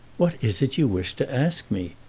what is it you wish to ask me?